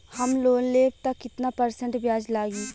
हम लोन लेब त कितना परसेंट ब्याज लागी?